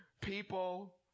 people